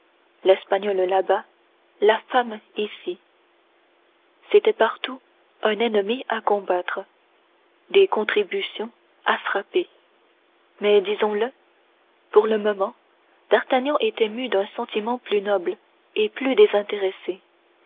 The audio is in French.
l'espagnol là-bas la femme ici c'était partout un ennemi à combattre des contributions à frapper mais disons-le pour le moment d'artagnan était mû d'un sentiment plus noble et plus désintéressé